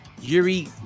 Yuri